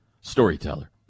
storyteller